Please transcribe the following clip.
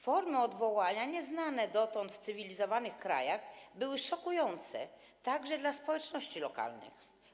Formy odwołania nieznane dotąd w cywilizowanych krajach były szokujące także dla społeczności lokalnych.